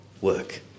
work